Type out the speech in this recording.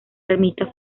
ermita